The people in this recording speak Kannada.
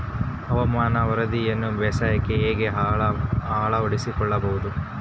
ಹವಾಮಾನದ ವರದಿಯನ್ನು ಬೇಸಾಯಕ್ಕೆ ಹೇಗೆ ಅಳವಡಿಸಿಕೊಳ್ಳಬಹುದು?